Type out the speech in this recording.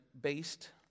based